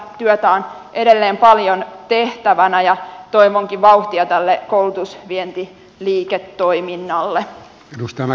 työtä on edelleen paljon tehtävänä ja toivonkin vauhtia tälle koulutusvientiliiketoiminnalle